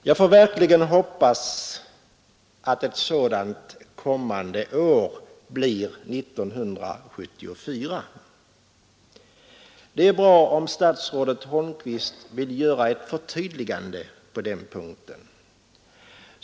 Jag får verkligen hoppas att ett sådant ”kommande år” blir 1974. Det är bra om statsrådet Holmqvist vill göra ett Nr 124 förtydligande på den punkten.